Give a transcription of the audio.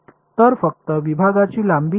तर फक्त विभागाची लांबी येईल